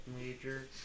Major